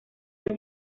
del